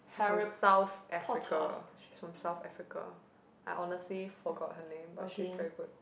she's from South Africa she's from South Africa I honestly forgot her name but she's very good